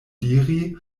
diri